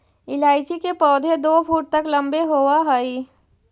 इलायची के पौधे दो फुट तक लंबे होवअ हई